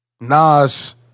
Nas